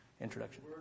introduction